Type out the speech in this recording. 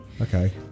Okay